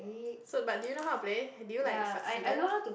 so but did you know how to play did you like succeeded